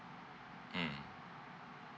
mm